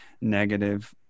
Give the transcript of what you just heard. negative